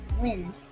Wind